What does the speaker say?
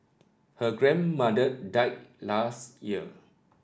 her grandmother died last year